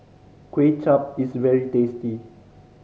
Kway Chap is very tasty